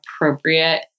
appropriate